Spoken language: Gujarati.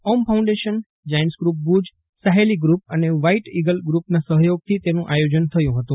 ઓમ foundation giant group Bhuj Saheli group અને વ્હાઈટ ઈગલ ગ્રુપનાં સફયોગથી તેનું આયોજન થયું ફતું